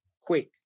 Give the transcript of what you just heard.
quick